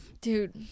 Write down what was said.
dude